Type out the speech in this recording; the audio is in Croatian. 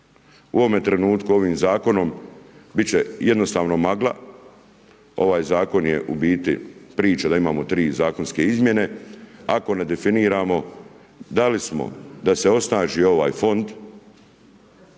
U ovome trenutku ovim zakonom biti će jednostavno magla, ovaj zakon je u biti priče da imamo 3 zakonske izmjene, ako ne definiramo, da li smo da se osnaži ovaj fond,